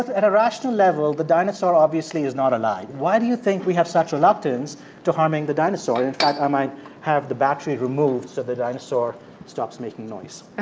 at a rational level, the dinosaur obviously is not alive. why do you think we have such reluctance to harming the dinosaur? in fact, i might have the battery removed so the dinosaur stops making noise ah